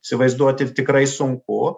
įsivaizduot ir tikrai sunku